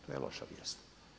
To je loša vijest.